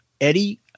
Eddie